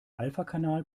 alphakanal